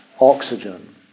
oxygen